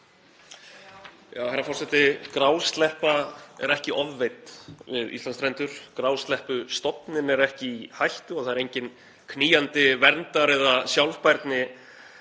Herra forseti. Grásleppa er ekki ofveidd við Íslandsstrendur. Grásleppustofninn er ekki í hættu og það eru engin knýjandi verndar- eða sjálfbærnirök